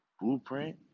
Blueprint